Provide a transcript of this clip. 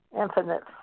infinite